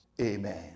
Amen